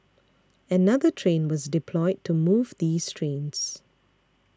another train was deployed to move these trains